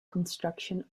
construction